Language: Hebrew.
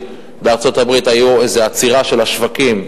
בארצות-הברית היתה עצירה של השווקים,